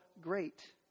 great